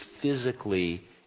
physically